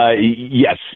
Yes